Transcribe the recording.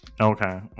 Okay